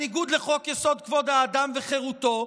בניגוד לחוק-יסוד: כבוד האדם וחירותו.